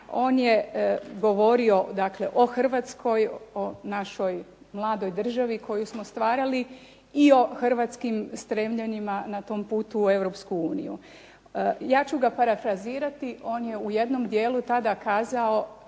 on je govorio dakle o Hrvatskoj, o našoj mladoj državi koju smo stvarali i o hrvatskim stremljenjima na tom putu u Europsku uniju. Ja ću ga parafrazirati, on je u jednom dijelu tada kazao